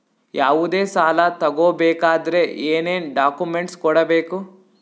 ಯಾವುದೇ ಸಾಲ ತಗೊ ಬೇಕಾದ್ರೆ ಏನೇನ್ ಡಾಕ್ಯೂಮೆಂಟ್ಸ್ ಕೊಡಬೇಕು?